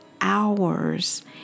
Hours